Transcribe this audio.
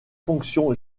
fonctions